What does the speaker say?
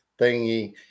thingy